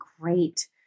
great